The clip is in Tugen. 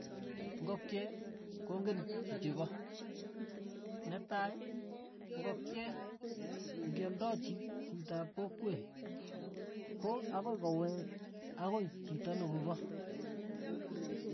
Ng'okchee, kong'en chichi pa, netai, ng'okchiee, ng'ialdachi chitap kokwet ko akoi kowek akoi chito nokopa.